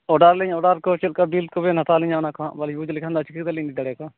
order ᱞᱤᱧ ᱚᱰᱟᱨ ᱠᱚ ᱪᱮᱫ ᱞᱮᱠᱟ ᱵᱤᱞ ᱠᱚᱵᱮᱱ ᱦᱟᱛᱟᱣᱟ ᱟᱹᱞᱤᱧᱟᱜ ᱚᱱᱟ ᱠᱚᱦᱟᱸᱜ ᱵᱟᱹᱞᱤᱧ ᱵᱩᱡᱽ ᱞᱮᱠᱷᱟᱱ ᱫᱚ ᱪᱤᱠᱟᱹ ᱠᱟᱛᱮᱫ ᱞᱤᱧ ᱤᱫᱤ ᱫᱟᱲᱮ ᱟᱠᱚᱣᱟ